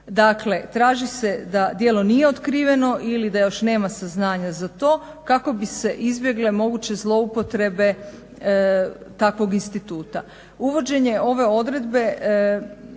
Dakle, traži se da djelo nije otkriveno ili da još nema saznanja za to kako bi se izbjegle moguće zloupotrebe takvog instituta. Uvođenje ove odredbe